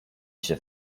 się